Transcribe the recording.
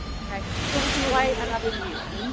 okay so we can wait another year.